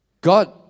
God